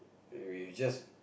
we we just